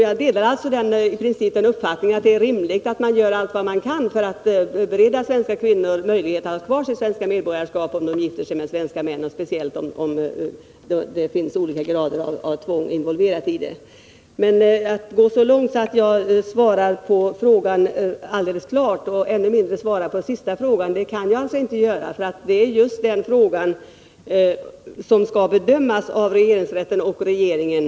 Jag delar alltså i princip uppfattningen att det är rimligt att göra allt vad man kan för att bereda svenska kvinnor möjlighet att ha kvar sitt svenska medborgarskap om de gifter sig med utländska män, speciellt om någon grad av tvång är involverad i medborgarskapsfrågan. Men jag kan inte gå så långt att jag helt klart svarar på Karin Ahrlands första fråga, än mindre svarar på hennes sista fråga — det är just den frågan som skall bedömas av regeringsrätten och regeringen.